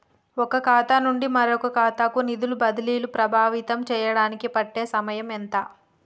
ఒక ఖాతా నుండి మరొక ఖాతా కు నిధులు బదిలీలు ప్రభావితం చేయటానికి పట్టే సమయం ఎంత?